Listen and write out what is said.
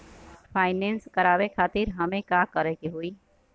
Finance करावे खातिर हमें का करे के होई?